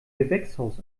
gewächshaus